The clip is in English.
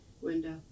window